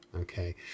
Okay